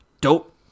dope